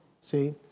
See